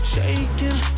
Shaking